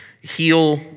Heal